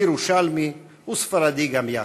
ירושלמי וספרדי גם יחד.